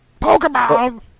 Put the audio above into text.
Pokemon